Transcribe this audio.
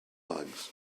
bugs